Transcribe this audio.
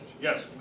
Yes